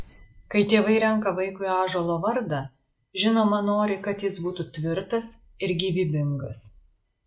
kai tėvai renka vaikui ąžuolo vardą žinoma nori kad jis būtų tvirtas ir gyvybingas